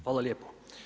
Hvala lijepo.